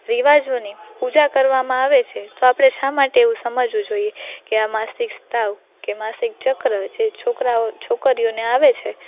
રિવાજોની પૂજા કરવામાં આવે છે તો આપણે શા માટે એવું સમજવું જોઈએ કે આ માસિક સ્ત્રાવ કે માસિક ચક્ર જે છોકરાઓ છોકરીઓને આવે છે